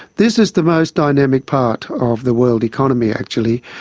this is the most dynamic part of the world economy, actually,